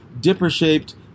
dipper-shaped